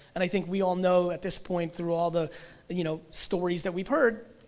and i think we all know at this point through all the you know stories that we've heard,